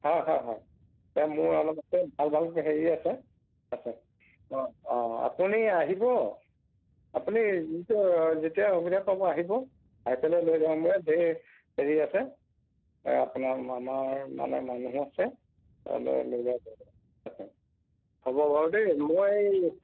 অঁ হয় হয় এতিয়া মোৰ অলপ আছে ভাল ভাল হেৰি আছে আছে হয় অঁ অঁ অঁ আপুনি আহিব আপুনি যিটো যেতিয়াই সুবিধা পাব আহিব আহি পেলাই লৈ যাব মোৰ এই ধেৰ হেৰি আছে এ আপোনাৰ আমাৰ মানে মানুহো আছে অঁ লৈ লৈ যাব পাৰিব হ'ব বাৰু দেই মই এই